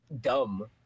dumb